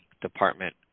department